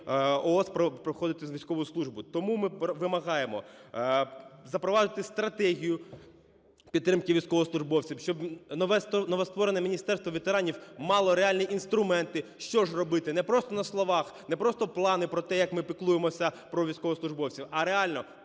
ООС проходити військову службу. Тому ми вимагаємо запровадити стратегію підтримки військовослужбовців, щоб новостворене Міністерство ветеранів мало реальні інструменти, що ж робити, не просто на словах, не просто плани про те, як ми піклуємося про військовослужбовців, а реально